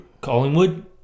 Collingwood